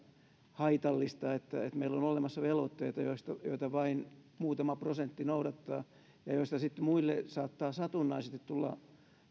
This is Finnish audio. haitallista että meillä on olemassa velvoitteita joita vain muutama prosentti noudattaa ja joista sitten muille saattaa satunnaisesti tulla